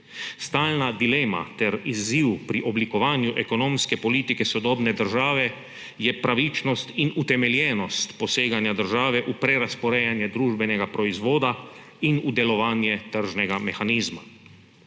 Stalna dilema ter izziv pri oblikovanju ekonomske politike sodobne države je pravičnost in utemeljenost poseganja države v prerazporejanje družbenega proizvoda in v delovanje tržnega mehanizma.